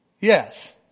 yes